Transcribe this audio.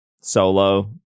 solo